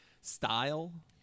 Style